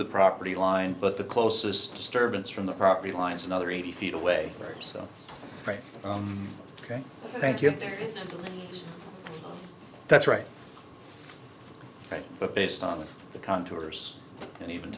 the property line but the closest disturbance from the property lines another eighty feet away or so right ok thank you that's right but based on the contours and even